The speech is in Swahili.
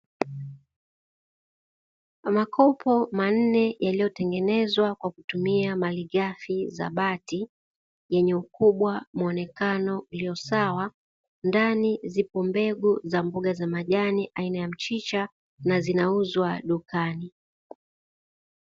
Makopo manne yaliyotengenezwa kwa kutumia malighafi za bati yenye ukubwa, muonekano ulio sawa. Ndani zipo mbegu za mboga za majani aina ya mchicha na zinauzwa dukani.